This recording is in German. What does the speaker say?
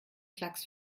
klacks